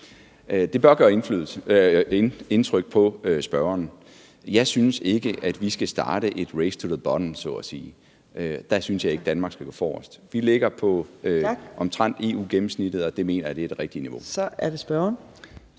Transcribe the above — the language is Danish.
Det bør gøre indtryk på spørgeren. Jeg synes ikke, at vi skal starte et race to the bottom så at sige. Der synes jeg ikke, at Danmark skal gå forrest. Vi ligger omtrent på EU-gennemsnittet, og det mener jeg er det rigtige niveau. Kl. 15:52 Fjerde